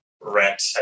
rent